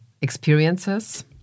experiences